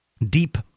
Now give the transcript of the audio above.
Deep